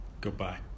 Goodbye